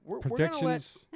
Predictions